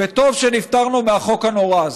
וטוב שנפטרנו מהחוק הנורא הזה.